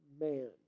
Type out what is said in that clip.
man